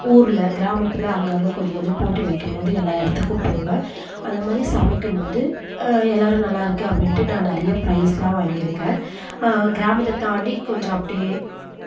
ஊரில் கிராமத்தில் அங்கங்கே கொஞ்சம் கொஞ்சம் போட்டி வைக்கும் போது எல்லா இடத்துக்கும் போவேன் அந்த மாதிரி சமைக்கும் போது எல்லோரும் நல்லாயிருக்கு அப்படின்ட்டு நான் நிறையா ப்ரைஸ்லாம் வாங்கியிருக்கேன் கிராமத்தை தாண்டி கொஞ்சம் அப்படியே